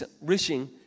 wishing